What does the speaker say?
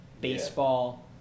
baseball